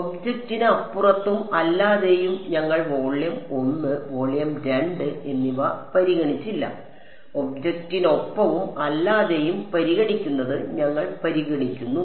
ഒബ്ജക്റ്റിന് അപ്പുറത്തും അല്ലാതെയും ഞങ്ങൾ വോള്യം ഒന്ന് വോളിയം രണ്ട് എന്നിവ പരിഗണിച്ചില്ല ഒബ്ജക്റ്റിനൊപ്പവും അല്ലാതെയും പരിഗണിക്കുന്നത് ഞങ്ങൾ പരിഗണിക്കുന്നു